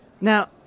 Now